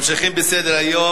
אנחנו ממשיכים בסדר-היום: